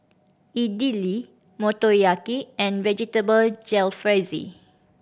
Idili Motoyaki and Vegetable Jalfrezi